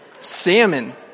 Salmon